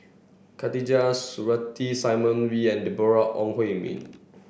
Khatijah Surattee Simon Wee and Deborah Ong Hui Min